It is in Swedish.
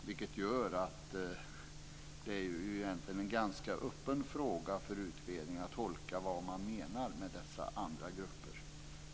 Det gör att det egentligen är en ganska öppen fråga för utredningen att tolka vad man menar med dessa andra grupper.